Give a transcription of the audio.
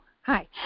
hi